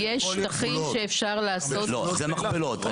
ונציג משרד הביטחון לא יהיה חלק מהתכניות הללו